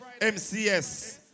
MCS